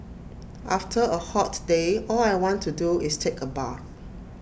after A hot day all I want to do is take A bath